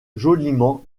joliment